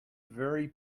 very